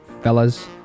fellas